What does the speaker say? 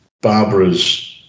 Barbara's